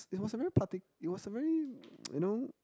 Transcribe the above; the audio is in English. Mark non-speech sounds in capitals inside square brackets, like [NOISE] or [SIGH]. it was a very parti~ it was a very [NOISE] you know